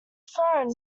throne